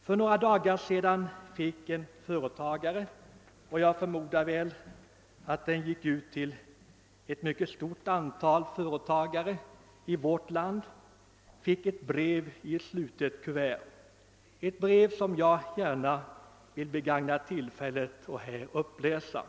För några dagar sedan fick en företagare — och jag förmodar även ett mycket stort antal företagare i vårt land — ett brev i ett slutet kuvert, ett brev som jag gärna vill begagna tillfället att uppläsa här.